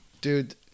Dude